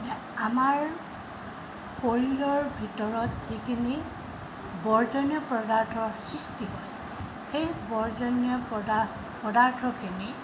আমাৰ শৰীৰৰ ভিতৰত যিখিনি বৰ্জনীয় পদাৰ্থৰ সৃষ্টি হয় সেই বৰ্জনীয় পদা পদাৰ্থখিনি